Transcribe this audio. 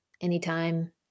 anytime